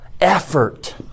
effort